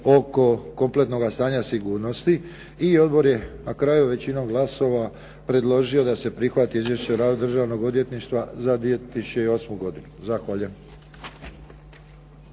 oko kompletnoga stanja sigurnosti i odbor je na kraju većinom glasova predložio da se prihvati Izvješće o radu Državnog odvjetništva za 2008. godinu. Zahvaljujem.